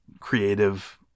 creative